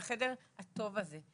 בחדר הטוב הזה.